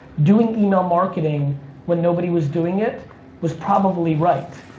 doing email marketing when nobody was doing it was probably right,